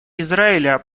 израиля